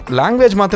language